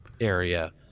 area